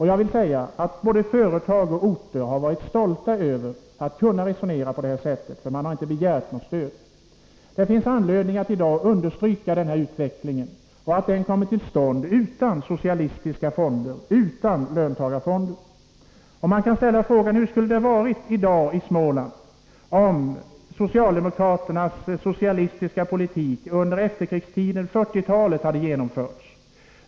Jag vill säga att både företag och orter har varit stolta över att man har kunnat resonera på det sättet. De har inte begärt stöd. Det finns anledning att i dag understryka den här utvecklingen liksom att den har kommit till stånd utan socialistiska fonder, utan löntagarfonder. Man kan ställa frågan: Hur skulle det ha varit i dag i Småland, om socialdemokraternas socialistiska politik under efterkrigstiden, på 1940 talet, hade genomförts?